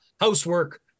housework